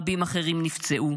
רבים אחרים נפצעו.